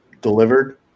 delivered